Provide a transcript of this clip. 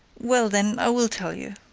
well, then, i will tell you.